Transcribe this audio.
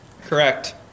Correct